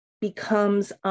becomes